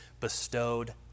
bestowed